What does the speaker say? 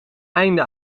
einde